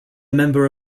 member